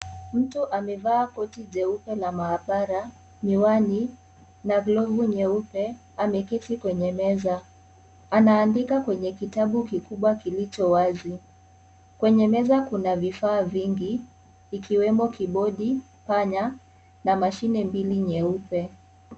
Mtu amevaa koti jeupe na maabara, miwali na glovu nyeupe. Ameketi kwenye meza. Anaandika kwenye kitabu kikubwa kilicho wazi. Kwenye meza kuna vifaa vingi ikiwemo kibodi, panya na mashine mbili nyeupe.